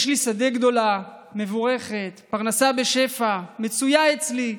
יש לי שדה גדול ומבורך, פרנסה בשפע מצויה אצלי,